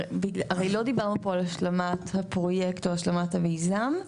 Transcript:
הרי לא דיברנו פה על השלמת הפרויקט או השלמת המיזם.